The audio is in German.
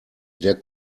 der